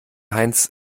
heinz